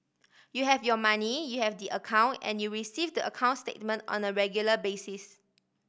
you have your money you have the account and you receive the account statement on a regular basis